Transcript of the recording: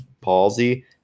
palsy